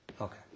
Okay